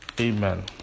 amen